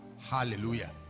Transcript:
Hallelujah